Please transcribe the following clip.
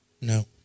No